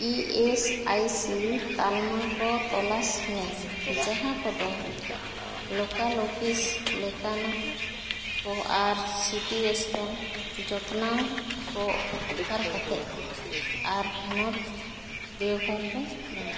E S I C ᱛᱟᱞᱢᱟ ᱠᱚ ᱛᱚᱞᱟᱥ ᱢᱮ ᱡᱟᱦᱟᱸ ᱠᱚᱫᱚ ᱞᱳᱠᱟᱞ ᱚᱯᱷᱤᱥ ᱞᱮᱠᱟᱱᱟᱜ ᱠᱚ ᱟᱨ ᱥᱤᱴᱤ ᱥᱠᱮᱱ ᱡᱚᱛᱱᱟᱣ ᱠᱚ ᱚᱯᱷᱟᱨ ᱠᱟᱛᱮᱫ ᱟᱨ ᱦᱚᱱᱚᱛ ᱫᱮᱣᱜᱷᱚᱨ ᱨᱮ ᱢᱮᱱᱟᱜᱼᱟ